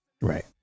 Right